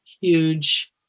huge